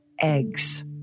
eggs